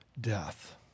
death